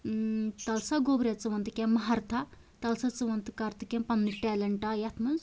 تَلہٕ سا گوٚبریٛاہ ژٕ وۄن تہٕ کیٚنٛہہ ماہرٕتھا تَلہٕ سا ژٕ وۄن تہٕ ژٕ کر تہٕ کیٚنٛہہ پَننُے ٹیلیٚنٛٹا یَتھ منٛز